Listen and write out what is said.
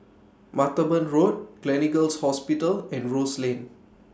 Martaban Road Gleneagles Hospital and Rose Lane